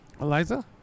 Eliza